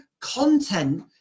content